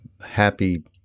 happy